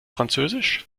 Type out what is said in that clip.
französisch